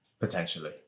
Potentially